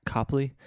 Copley